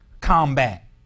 Combat